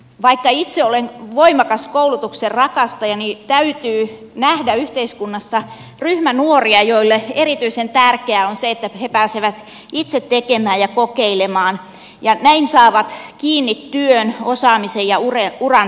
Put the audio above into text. vaikka itse olen koulutusta voimakkaasti rakastava niin täytyy nähdä yhteiskunnassa ryhmä nuoria joille erityisen tärkeää on se että he pääsevät itse tekemään ja kokeilemaan ja näin saavat kiinni työn osaamisen ja uran syrjästä